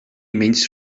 menys